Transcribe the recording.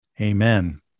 Amen